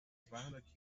zweihundert